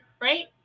right